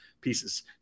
pieces